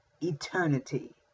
eternity